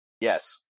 yes